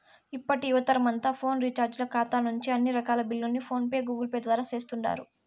ఇప్పటి యువతరమంతా ఫోను రీచార్జీల కాతా నుంచి అన్ని రకాల బిల్లుల్ని ఫోన్ పే, గూగుల్పేల ద్వారా సేస్తుండారు